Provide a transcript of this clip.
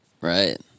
right